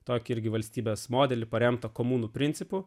tokį irgi valstybės modelį paremtą komunų principu